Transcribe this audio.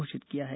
घोषित किया है